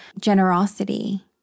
generosity